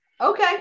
Okay